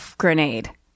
grenade